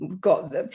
got